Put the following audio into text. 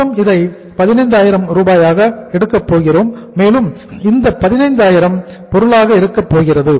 மொத்தம் இதை 15000 ஆக எடுக்கப் போகிறோம் மேலும் இந்த 15000 பொருளாக இருக்கப்போகிறது